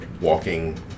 walking